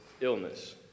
illness